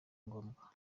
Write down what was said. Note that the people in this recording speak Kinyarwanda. ngombwa